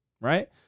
right